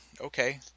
Okay